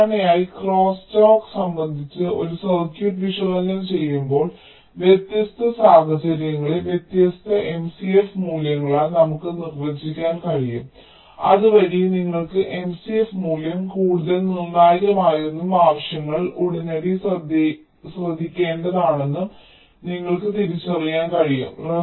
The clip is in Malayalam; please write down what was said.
സാധാരണയായി ക്രോസ്സ്റ്റാക്ക് സംബന്ധിച്ച് ഒരു സർക്യൂട്ട് വിശകലനം ചെയ്യുമ്പോൾ വ്യത്യസ്ത സാഹചര്യങ്ങളെ വ്യത്യസ്ത MCF മൂല്യങ്ങളാൽ നമുക്ക് നിർവചിക്കാൻ കഴിയും അതുവഴി നിങ്ങൾക്ക് MCF മൂല്യം കൂടുതൽ നിർണ്ണായകമാണെന്നും ആവശ്യങ്ങൾ ഉടനടി ശ്രദ്ധിക്കേണ്ടതാണെന്നും നിങ്ങൾക്ക് തിരിച്ചറിയാൻ കഴിയും